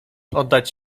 oddać